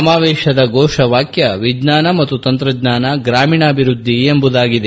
ಸಮಾವೇಶದ ಫೋಷವಾಕ್ಯ ವಿಜ್ಞಾನ ಮತ್ತು ತಂತ್ರಜ್ಞಾನ ಗ್ರಾಮೀಣಾಭಿವೃದ್ದಿ ಎಂಬುದಾಗಿದೆ